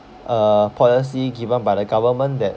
uh policy given by the government that